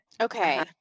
Okay